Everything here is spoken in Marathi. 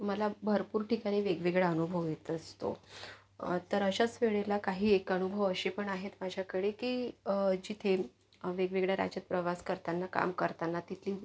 मला भरपूर ठिकाणी वेगवेगळा अनुभव येत असतो तर अशाच वेळेला काही एक अनुभव असे पण आहेत माझ्याकडे की जिथे वेगवेगळ्या राज्यात प्रवास करताना काम करताना तिथली